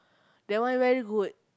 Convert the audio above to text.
that one very good